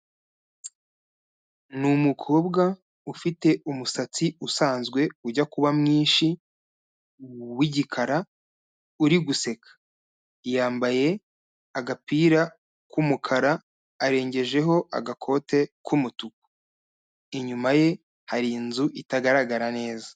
Ni umukobwa ufite umusatsi usanzwe ujya kuba mwinshi w'igikara uri guseka. Yambaye agapira k'umukara arengejeho agakote k'umutuku. Inyuma ye hari inzu itagaragara neza.